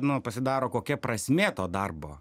nu pasidaro kokia prasmė to darbo